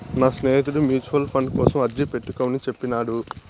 నా స్నేహితుడు mutual fund కోసం అర్జీ పెట్టుకోమని చెప్పినాడు